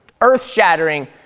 earth-shattering